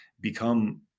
become